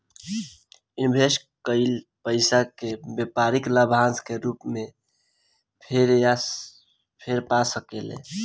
invest कईल पइसा के व्यापारी लाभांश के रूप में फेर पा सकेले